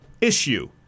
issue